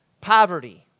poverty